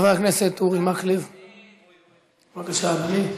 חבר הכנסת אורי מקלב, בבקשה, אדוני.